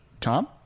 Tom